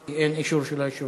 כי אין אישור של היושב-ראש,